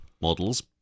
models